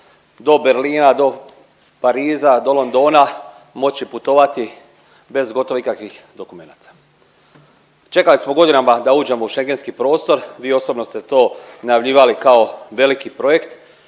do Berlina, do Pariza, do Londona moći putovati bez gotovo ikakvih dokumenata. Čekali smo godinama da uđemo u Schengenski prostor. Vi osobno ste to najavljivali kao veliki projekt